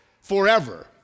forever